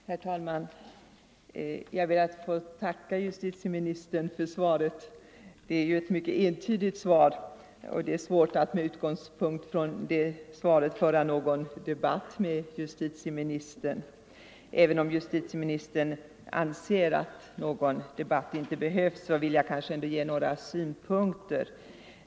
Herr talman! Jag ber att få tacka justitieministern för svaret. Det är mycket entydigt, och det är svårt att med utgångspunkt från svaret föra någon debatt med justitieministern. Även om justitieministern anser att någon debatt inte behövs, vill jag ange några synpunkter.